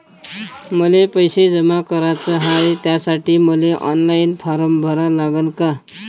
मले पैसे जमा कराच हाय, त्यासाठी मले ऑनलाईन फारम भरा लागन का?